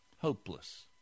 hopeless